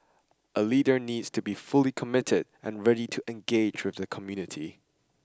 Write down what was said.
a leader needs to be fully committed and ready to engage with the community